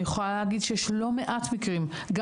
אני יכולה להגיד שיש לא מעט מקרים גם